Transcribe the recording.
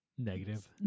negative